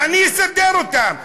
ואני אסדר אותם,